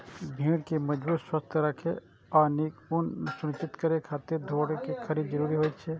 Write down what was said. भेड़ कें मजबूत, स्वस्थ राखै आ नीक ऊन सुनिश्चित करै खातिर थोड़ेक खनिज जरूरी होइ छै